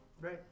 Right